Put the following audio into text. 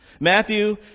Matthew